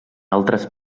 altres